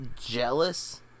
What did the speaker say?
jealous